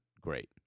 great